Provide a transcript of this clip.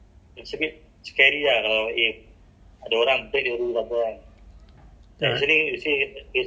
and some people they apa like they in a group kan say eight people ah four four kan